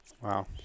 Wow